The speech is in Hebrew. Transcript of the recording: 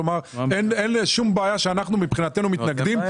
כלומר, אין שום בעיה שאנחנו מבחינתנו מתנגדים.